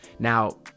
Now